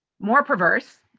more perverse,